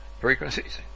frequencies